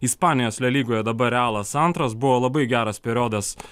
ispanijos le lygoje dabar realas antras buvo labai geras periodas